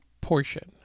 portion